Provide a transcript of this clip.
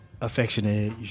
affectionate